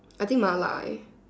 I think mala eh